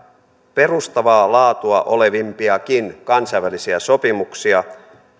perustavaa laatua olevimpiakin kansainvälisiä sopimuksia